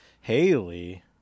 Haley